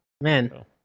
man